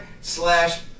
slash